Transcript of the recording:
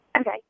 Okay